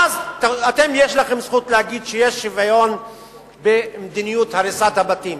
ואחר כך יש לכם זכות להגיד שיש שוויון במדיניות הריסת הבתים.